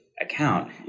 account